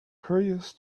curious